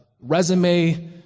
Resume